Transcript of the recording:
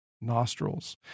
nostrils